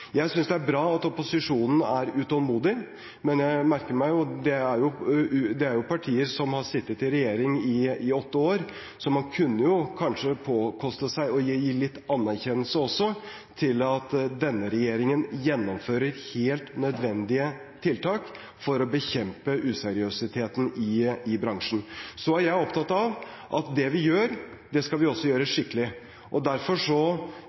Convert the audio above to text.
Jeg synes det er bra at opposisjonen er utålmodig, men jeg merker meg at det er partier som har sittet i regjering i åtte år, så man kunne jo kanskje koste på seg å gi litt anerkjennelse også til at denne regjeringen gjennomfører helt nødvendige tiltak for å bekjempe useriøsiteten i bransjen. Så er jeg opptatt av at det vi gjør, det skal vi også gjøre skikkelig. Derfor utreder vi og